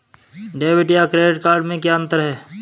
Debit या credit card में क्या अन्तर है?